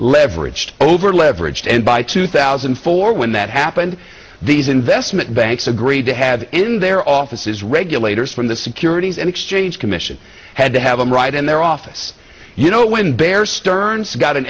leveraged over leveraged and by two thousand and four when that happened these investment banks agreed to have in their offices regulators from the securities and exchange commission had to have them write in their office you know when bear stearns got an